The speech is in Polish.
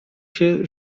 się